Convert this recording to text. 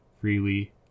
freely